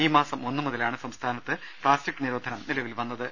ഈ മാസം ഒന്ന് മുതലാണ് സംസ്ഥാനത്ത് പ്ലാസ്റ്റിക്ക് നിരോധനം നിലവിൽ വന്നത്